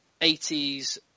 80s